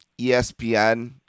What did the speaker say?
ESPN